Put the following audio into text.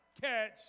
catch